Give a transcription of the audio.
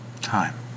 Time